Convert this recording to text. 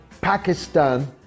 Pakistan